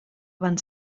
van